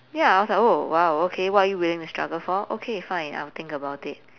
ya I was oh !wow! okay what are you willing to struggle for okay fine I will think about it